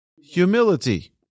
Humility